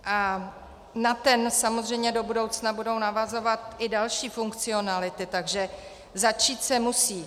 A na ten samozřejmě do budoucna budou navazovat i další funkcionality, takže začít se musí.